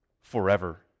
forever